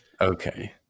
Okay